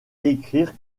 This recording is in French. écrire